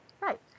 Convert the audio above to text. Right